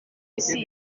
isi